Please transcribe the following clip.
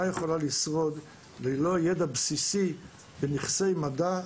יכולה לשרוד ללא ידע בסיסי בנכסי מדע,